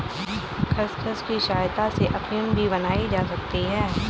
खसखस की सहायता से अफीम भी बनाई जा सकती है